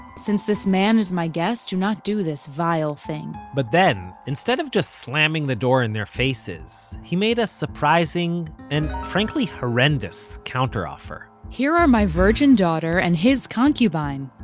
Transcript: since this man is my guest do not do this vile thing. but then, instead of just slamming the door in their faces, he made a surprising and frankly horrendous counter-offer here are my virgin virgin daughter and his concubine,